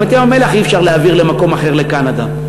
גם את ים-המלח אי-אפשר להעביר למקום אחר, לקנדה.